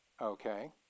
Okay